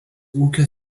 ūkio